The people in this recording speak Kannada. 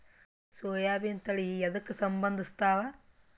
ಸೋಯಾಬಿನ ತಳಿ ಎದಕ ಸಂಭಂದಸತ್ತಾವ?